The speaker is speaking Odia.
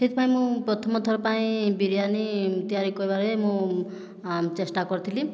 ସେଥିପାଇଁ ମୁଁ ପ୍ରଥମଥର ପାଇଁ ବିରିୟାନୀ ତିଆରି କରିବାରେ ମୁଁ ଚେଷ୍ଟା କରିଥିଲି